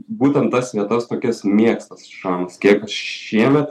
būtent tas vietas tokias mėgsta šamas kiek aš šiemet